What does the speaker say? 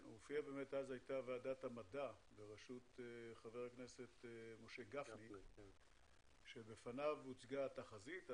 הייתה ועדת המדע בראשות חבר הכנסת משה גפני שבפניו הוצגה התחזית.